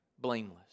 Blameless